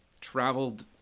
traveled